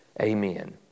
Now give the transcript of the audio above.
amen